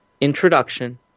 Introduction